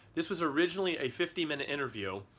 this was originally a fifty minute interview,